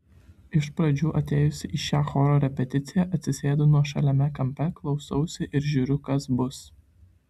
iš pradžių atėjusi į šią choro repeticiją atsisėdu nuošaliame kampe klausausi ir žiūriu kas bus